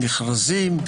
מכרזים,